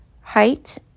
height